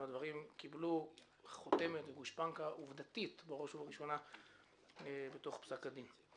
אבל הדברים קיבלו חותמת וגושפנקה עובדתית בראש ובראשונה בתוך פסק הדין.